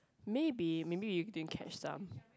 maybe maybe you didn't catch up